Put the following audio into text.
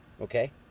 Okay